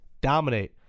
dominate